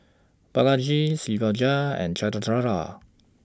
Balaji Shivaji and Chandrasekaran